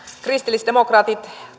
kristillisdemokraatit